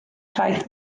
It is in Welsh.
traeth